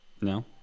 No